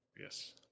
Yes